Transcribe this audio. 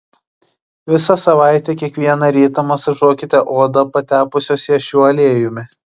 visą savaitę kiekvieną rytą masažuokite odą patepusios ją šiuo aliejumi